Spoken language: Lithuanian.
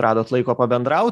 radot laiko pabendraut